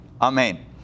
Amen